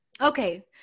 okay